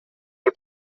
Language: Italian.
col